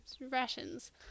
rations